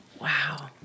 Wow